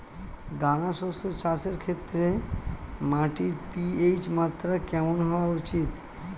দানা শস্য চাষের ক্ষেত্রে মাটির পি.এইচ মাত্রা কেমন হওয়া উচিৎ?